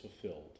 fulfilled